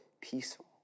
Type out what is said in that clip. peaceful